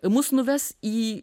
mus nuves į